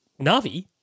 Navi